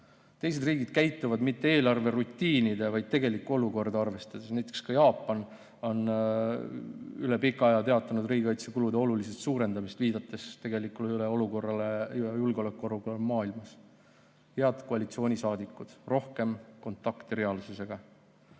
Teised riigid käituvad mitte eelarverutiini, vaid tegelikku olukorda arvestades. Näiteks on ka Jaapan üle pika aja teatanud riigikaitsekulude olulisest suurendamisest, viidates tegelikule julgeolekuolukorrale maailmas. Head koalitsioonisaadikud! Rohkem kontakti reaalsusega!